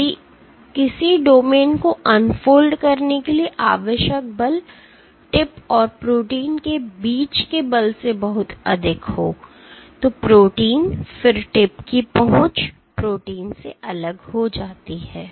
यदि किसी डोमेन को अनफोल्ड करने के लिए आवश्यक बल टिप और प्रोटीन के बीच के बल से बहुत अधिक है तो प्रोटीन फिर टिप की पहुंच प्रोटीन से अलग हो जाती है